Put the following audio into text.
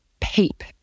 peep